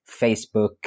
Facebook